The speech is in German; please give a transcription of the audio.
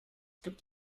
gibt